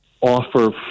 offer